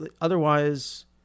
otherwise